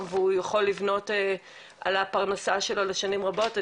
והוא יכול לבנות על הפרנסה שלו לשנים רבות.